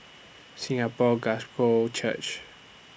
Singapore Gospel Church